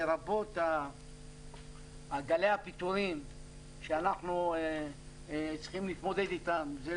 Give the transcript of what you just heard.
לרבות גלי הפיטורים שאנחנו צריכים להתמודד איתם זה